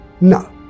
no